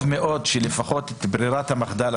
טוב מאוד שלפחות את ברירת המחדל תיקנו,